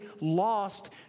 lost